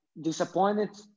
disappointed